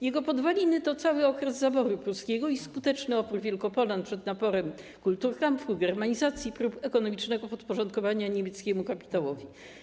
Jego podwaliny to cały okres zaboru pruskiego i skutecznego oporu Wielkopolan przed naporem kulturkampfu, germanizacji, prób ekonomicznego podporządkowania niemieckiemu kapitałowi.